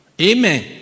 Amen